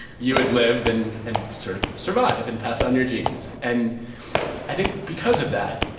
you would live and and sort of survive and pass on your genes and i think because of that,